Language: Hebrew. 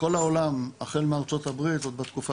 בכל העולם החל מארצות הברית עוד בתקופה